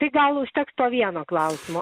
tai gal užteks to vieno klausimo